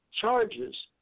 charges